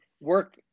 work